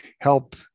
help